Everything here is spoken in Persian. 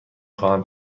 خواهم